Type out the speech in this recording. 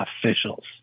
officials